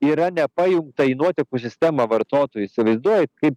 yra nepajungta į nuotekų sistemą vartotojai įsivaizduojat kaip